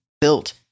built